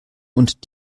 und